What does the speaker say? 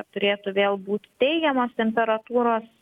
turėtų vėl būt teigiamos temperatūros